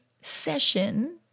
session